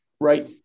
right